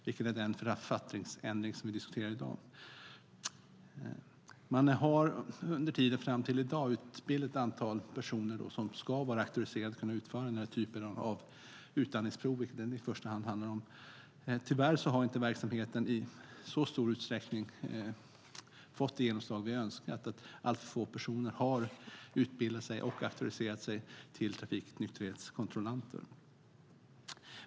Det är den författningsändring vi diskuterar i dag. Man har under tiden fram till i dag utbildat ett antal personer som ska vara auktoriserade och kunna utföra denna typ av utandningsprover, som det i första hand handlar om. Tyvärr har inte verksamheten i så stor utsträckning fått det genomslag man önskat - alltför få personer har utbildat sig till och auktoriserat sig som trafiknykterhetskontrollanter.